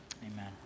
amen